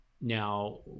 now